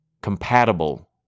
compatible